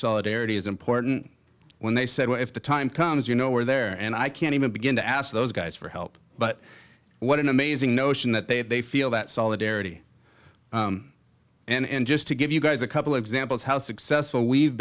solidarity is important when they said well if the time comes you know where there and i can't even begin to ask those guys for help but what an amazing notion that they had they feel that solidarity and just to give you guys a couple examples how successful we've